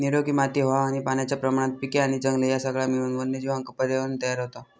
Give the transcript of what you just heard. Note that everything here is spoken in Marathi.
निरोगी माती हवा आणि पाण्याच्या प्रमाणात पिके आणि जंगले ह्या सगळा मिळून वन्यजीवांका पर्यावरणं तयार होता